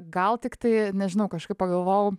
gal tiktai nežinau kažkaip pagalvojau